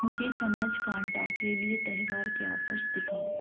مجھے چمچ کانٹا کے لیے تہوار کے آفرز دکھاؤ